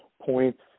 points